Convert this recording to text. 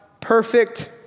perfect